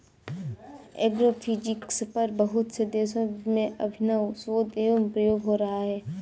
agrophysics पर बहुत से देशों में अभिनव शोध एवं प्रयोग हो रहा है